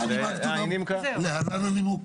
להלן הנימוק.